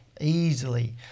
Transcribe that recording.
easily